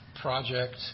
project